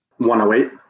108